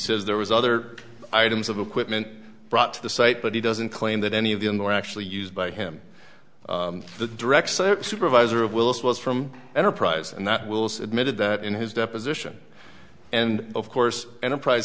says there was other items of equipment brought to the site but he doesn't claim that any of the indoor actually used by him the direct supervisor of willis was from enterprise and that wills admitted that in his deposition and of course enterprise